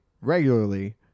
regularly